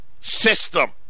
system